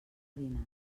dinar